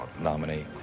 nominee